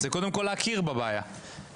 זה קודם כל להכיר בזה שיש בעיה.